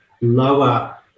lower